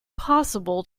possible